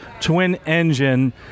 twin-engine